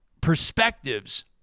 perspectives